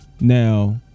Now